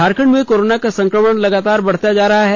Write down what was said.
झारखंड में कोरोना का संक्रमण लगातार बढ़ता जा रहा है